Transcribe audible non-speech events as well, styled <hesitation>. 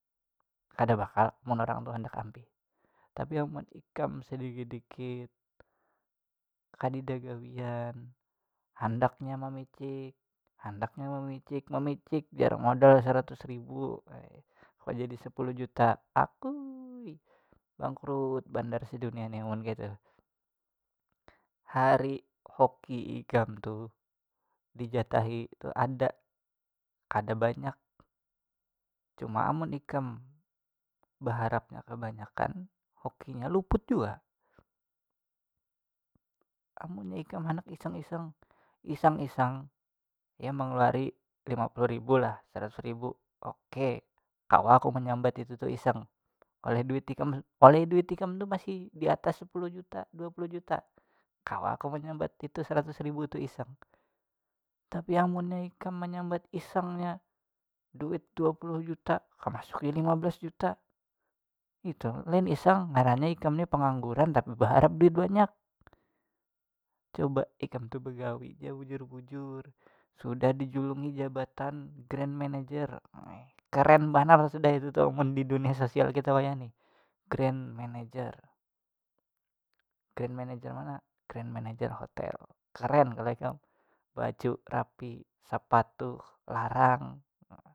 Kada bakal amun orang tuh handak ampih tapi amun ikam sadikit dikit kadida gawian handaknya mamicik handaknya mamicik mamicik jar modal seratus ribu weh kawa jadi sapuluh juta akuy bangkrut bandar sedunia ni amun kayatu, hari hoki ikam tu dijatahi tu ada kada banyak cuma amun ikam beharapnya kebanyakan hokinya luput jua amunnya ikam handak iseng iseng isang isang ya mangaluari lima puluh ribu lah saratus ribu oke kawa aku manyambat itu tu iseng oleh duit ikam oleh duit ikam tu masih diatas sapuluh juta dua puluh juta kawa aku manyambat itu seratus ribu tu iseng tapi amunnya ikam manyambat isengnya duit dua puluh juta kam masuki lima belas juta itu lain iseng ngarannya ikam ni pangangguran tapi baharap duit banyak coba ikam tu begawi ja bujur bujur sudah dijulungi jabatan grand manager <hesitation> keren banar sudah itu tu mun di dunia sosial kita wayahini grand manager grand manager mana grand manager hotel keren kalo kam baju rapi sapatu larang.